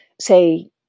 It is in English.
say